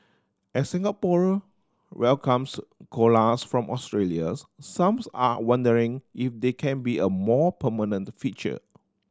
as Singapore welcomes koalas from Australia's some's are wondering if they can be a more permanent feature